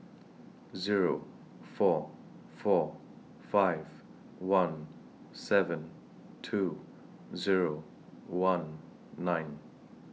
Zero four four five one seven two Zero one nine